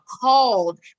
called